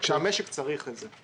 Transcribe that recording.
כאשר המשק צריך את זה.